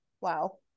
Wow